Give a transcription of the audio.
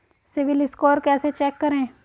CIBIL score कैसे check करें?